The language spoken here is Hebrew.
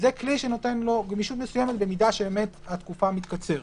זה כלי שנותן לו גמישות מסוימת אם התקופה מתקצרת.